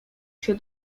się